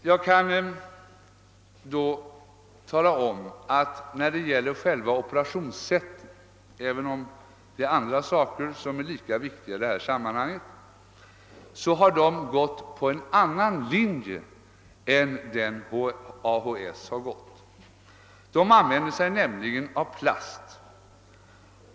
Jag kan då nämna att dessa när det gäller operationsset — även om andra saker är lika viktiga i detta sammanhang — har gått på en annan linje än AHS. De använder nämligen plast.